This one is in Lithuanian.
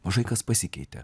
mažai kas pasikeitė